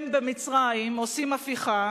הם, במצרים, עושים הפיכה,